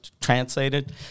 translated